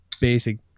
basic